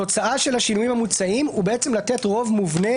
התוצאה של השינויים המוצעים הוא לתת רוב מובנה